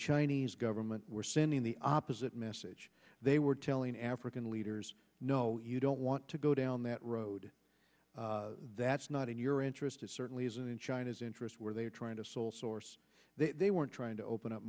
chinese government were sending the opposite message they were telling african leaders no you don't want to go down that road that's not in your interest it certainly isn't in china's interest where they are trying to sole source they weren't trying to open up